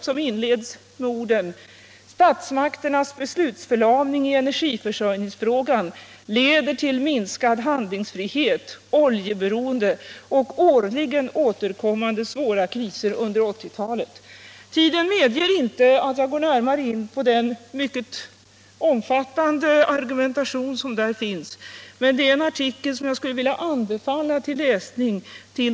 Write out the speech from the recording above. Den inleds med orden: ”Statsmakternas beslutsförlamning i energiförsörjningsfrågan leder till minskad handlingsfrihet, oljeberoende och årligen återkommande svåra kriser under 80-talet.” Tiden medger inte att jag går närmare in på den mycket omfattande argumentation som finns där, men det är en artikel som jag vill anbefalla till läsning.